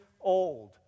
old